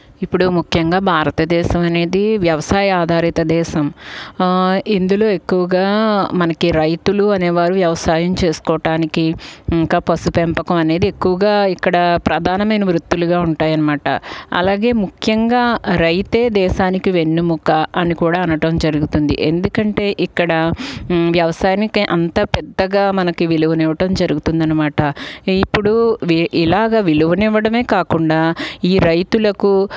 ఇప్పుడు ముఖ్యంగా భారతదేశము అనేది వ్యవసాయ ఆధారిత దేశం ఇందులో ఎక్కువగా మనకి రైతులు అనేవారు వ్యవసాయం చేసుకోవడానికి ఇంకా పసు పెంపకం అనేది ఎక్కువగా ఇక్కడ ప్రధానమైన వృత్తులుగా ఉంటాయన్నమాట అలాగే ముఖ్యంగా రైతే దేశానికి వెన్నుముక అని కూడా అనటం జరుగుతుంది ఎందుకంటే ఇక్కడ వ్యవసాయనికి అంతా పెద్దగా మనకి విలువ ఇవ్వడం జరుగుతుందనమాట ఇప్పుడు వి ఇలాగ విలువనివ్వడమే కాకుండా ఈ రైతులకు